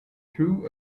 through